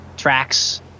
Tracks